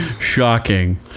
Shocking